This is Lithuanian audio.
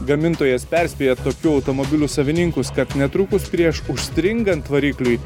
gamintojas perspėja tokių automobilių savininkus kad netrukus prieš užstringant varikliui